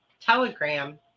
Telegram